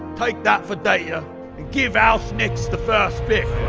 take that for data, and give house knicks the first pick.